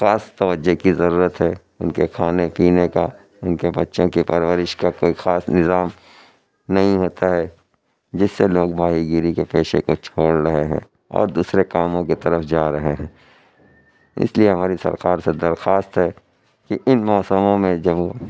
خاص توجہ کی ضرورت ہے ان کے کھانے پینے کا ان کے بچوں کی پرورش کا کوئی خاص نظام نہیں ہوتا ہے جس سے لوگ ماہی گیری کے پیشے کو چھوڑ رہے ہیں اور دوسرے کاموں کی طرف جا رہے ہیں اس لیے ہماری سرکار سے درخواست ہے کہ ان موسموں میں جو